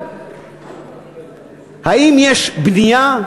האם יש בנייה,